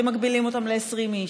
שמגבילים אותן ל-20 איש?